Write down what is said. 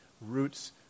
roots